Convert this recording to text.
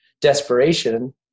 desperation